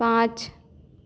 पाँच